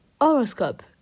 Horoscope